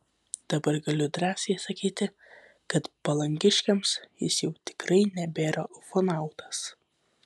dabar galiu drąsiai sakyti kad palangiškiams jis jau tikrai nebėra ufonautas